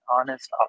honest